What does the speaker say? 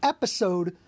Episode